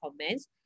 comments